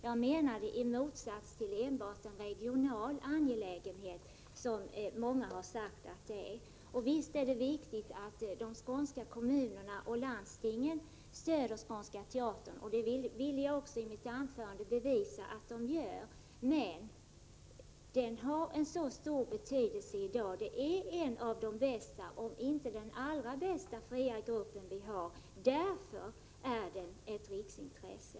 Jag menade en riksangelägenhet i motsats till enbart en regional angelägenhet, som många har sagt att denna teater är. Visst är det viktigt att de skånska kommunerna och landstingen stödjer Skånska teatern, och det ville jag i mitt anförande bevisa att de gör. Teatern har emellertid stor betydelse i dag. Den är en av de bästa om inte den allra bästa fria gruppen vi har. Därför är den ett riksintresse.